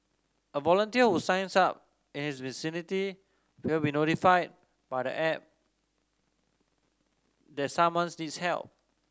a volunteer who signs up and is vicinity will be notified by the app that someone's needs help